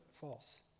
false